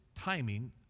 timing